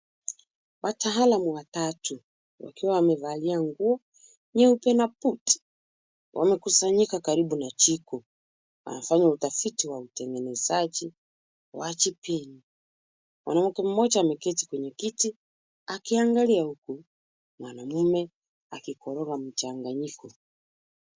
Wataalamu watatu wakiwa wamevalia nguo nyeupe na buti wamekusanyika karibu na jiko. Wanafanya utafiti wa utengenezaji wa jibini. Mwanamke mmoja ameketi kwenye kiti akiangalia huku mwanaume akikoroga mchanganyiko.